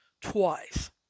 twice